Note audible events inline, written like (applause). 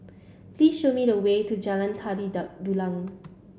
please show me the way to Jalan Tari (unintelligible) Dulang